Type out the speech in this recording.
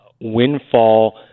windfall